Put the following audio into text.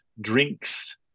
drinks